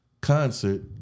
concert